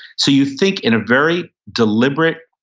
so you think in a very deliberate,